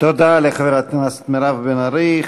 תודה לחברת הכנסת מירב בן ארי.